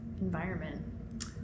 environment